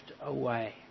away